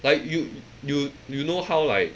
like you you you know how like